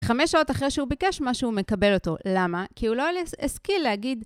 חמש שעות אחרי שהוא ביקש משהו הוא מקבל אותו, למה? כי הוא לא השכיל להגיד.